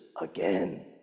again